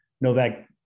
novak